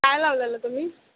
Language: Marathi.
काय लावलेलं तुम्ही